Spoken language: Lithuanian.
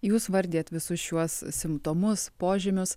jūs vardijat visus šiuos simptomus požymius